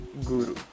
Guru